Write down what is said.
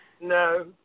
No